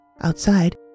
outside